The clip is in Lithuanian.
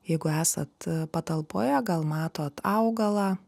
jeigu esat patalpoje gal matot augalą